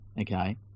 okay